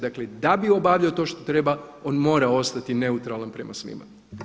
Dakle, da bi obavljao to što treba on mora ostati neutralan prema svima.